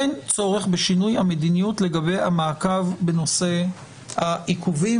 אין צורך בשינוי המדיניות לגבי המעקב בנושא העיכובים?